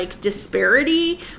disparity